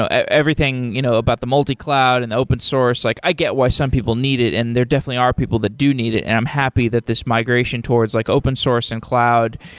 ah everything you know about the multi-cloud and the open source, like i get why some people need it, and there definitely are people that do need it, and i'm happy that this migration towards like open source and cloud,